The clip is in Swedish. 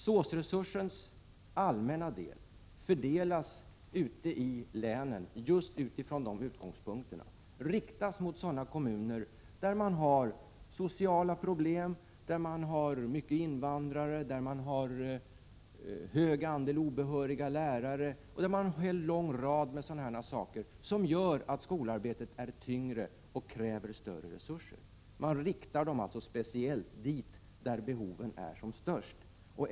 SÅS-resursens allmänna bit fördelas ute i länen just utifrån dessa utgångspunkter — riktas mot kommuner där man har sociala problem, där man har mycket invandrare, där man har hög andel obehöriga lärare och där man har en lång rad problem som gör att skolarbetet är tyngre och kräver större resurser. Man riktar alltså resurserna speciellt dit där behoven är som störst.